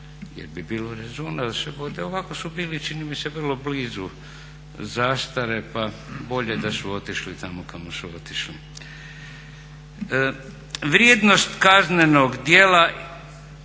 Jer bi bilo razumljivo da se vode, ovako su bili čini mi se vrlo blizu zastare pa bolje da su otišli tamo kamo su otišli. Vrijednost kaznenog djela